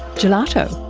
gelato?